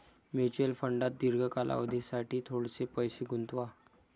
mutual फंडात दीर्घ कालावधीसाठी थोडेसे पैसे गुंतवा